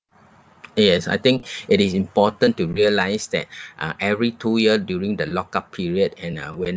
yes I think it is important to realise that uh every two year during the lock up period and uh when